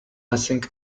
messing